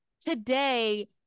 today